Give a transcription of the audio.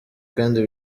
kandi